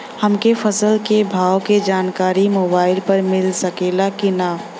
हमके फसल के भाव के जानकारी मोबाइल पर मिल सकेला की ना?